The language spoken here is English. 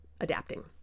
adapting